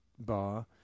bar